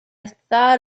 thought